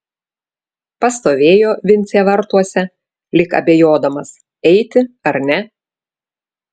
pastovėjo vincė vartuose lyg abejodamas eiti ar ne